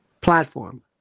platform